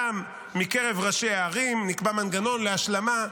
גם מקרב ראשי הערים נקבע מנגנון להשלמה,